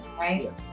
right